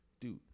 dude